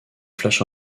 flash